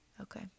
Okay